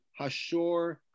Hashor